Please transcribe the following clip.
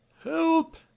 help